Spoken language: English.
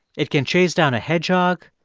it can chase down a hedgehog.